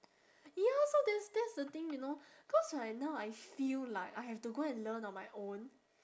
ya so that's that's the thing you know cause right now I feel like I have to go and learn on my own